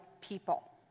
people